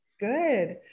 Good